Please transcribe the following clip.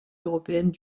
européennes